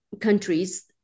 countries